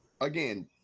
again